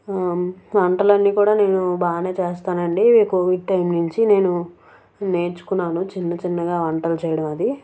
వంటలన్నీ కూడా నేను బాగానే చేస్తానండి కోవిడ్ టైం నుంచి నేను నేర్చుకున్నాను చిన్న చిన్నగా వంటలు చేయడం అది